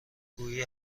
گویی